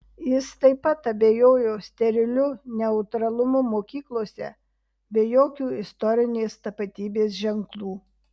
jis taip pat abejojo steriliu neutralumu mokyklose be jokių istorinės tapatybės ženklų